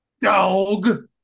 dog